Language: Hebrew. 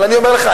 אבל אני אומר לך,